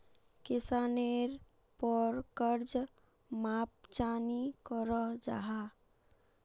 किसानेर पोर कर्ज माप चाँ नी करो जाहा?